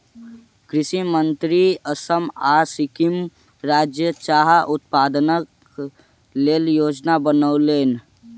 कृषि मंत्री असम आ सिक्किम राज्यक चाह उत्पादनक लेल योजना बनौलैन